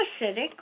acidic